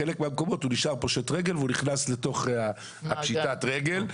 בחלק מהמקומות הוא נשאר פושט רגל ונכנס לתוך הליך פשיטת הרגל.